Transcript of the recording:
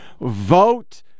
Vote